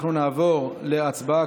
אנחנו נעבור להצבעה,